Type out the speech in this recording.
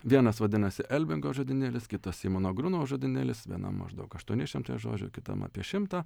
vienas vadinasi elbingo žodynėlis kitas simono grunavo žodynėlis vienam maždaug aštuoni šimtai žodžių kitam apie šimtą